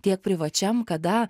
tiek privačiam kada